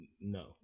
no